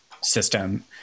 system